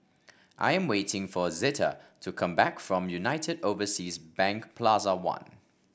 I am waiting for Zeta to come back from United Overseas Bank Plaza One